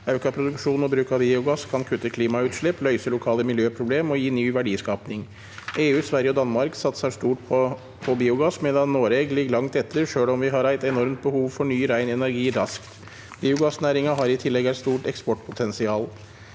Auka produksjon og bruk av biogass kan kutte klimautslepp, løyse lokale miljøproblem og gi ny verdi- skaping. EU, Sverige og Danmark satsar stort på biogass, medan Noreg ligg langt etter sjølv om vi har eit enormt behov for ny rein energi raskt. Biogassnæringa har i til- legg eit stort eksportpotensial.